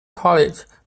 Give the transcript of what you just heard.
college